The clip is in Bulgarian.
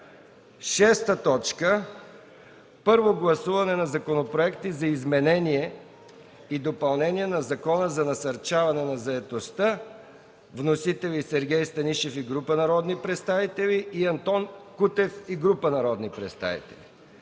отбраната. 6. Първо гласуване на законопроекти за изменение и допълнение на Закона за насърчаване на заетостта. Вносители – Сергей Станишев и група народни представители; Антон Кутев и група народни представители.